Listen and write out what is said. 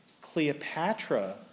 Cleopatra